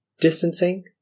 distancing